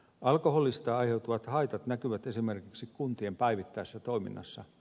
alkoholista aiheutuvat haitat näkyvät esimerkiksi kuntien päivittäisessä toiminnassa